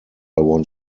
want